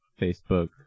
Facebook